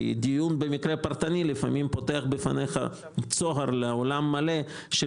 כי דיון במקרה הפרטני יכול לפתוח בפניך צוהר לעולם מלא של